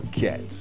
cats